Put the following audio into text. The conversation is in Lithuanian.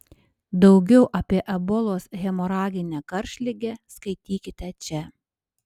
daugiau apie ebolos hemoraginę karštligę skaitykite čia